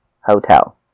hotel